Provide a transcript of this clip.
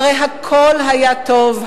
הרי הכול היה טוב.